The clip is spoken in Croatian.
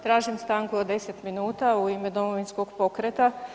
Tražim stanku od 10 min u ime Domovinskog pokreta.